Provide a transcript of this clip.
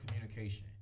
communication